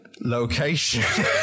Location